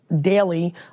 daily